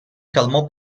calmò